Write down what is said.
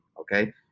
okay